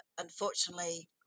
unfortunately